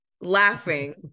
laughing